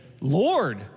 Lord